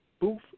booth